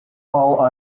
all